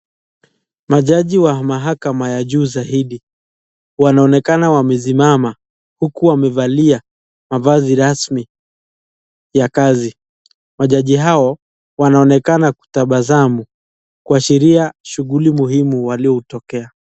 Majaji wa mahakama ya juu zaidi wanaonekana wamesimama huku wamevalia mavazi rasmi ya kazi. Wanaonekana kutabasamu kuashiria shughuli muhimu uliotokea.